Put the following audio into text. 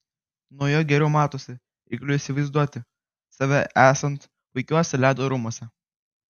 nuo jo geriau matosi ir galiu įsivaizduoti save esant puikiuose ledo rūmuose